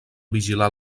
vigilar